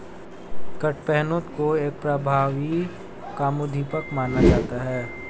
कडपहनुत को एक प्रभावी कामोद्दीपक माना जाता है